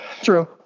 True